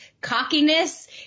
cockiness